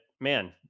man